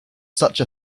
such